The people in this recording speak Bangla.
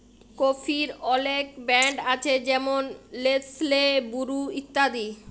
কফির অলেক ব্র্যাল্ড আছে যেমল লেসলে, বুরু ইত্যাদি